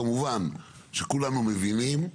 כמובן שכולנו מבינים,